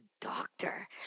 doctor